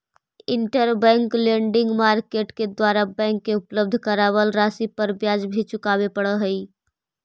interbank lending market के द्वारा bank के उपलब्ध करावल राशि पर ब्याज भी चुकावे पड़ऽ हइ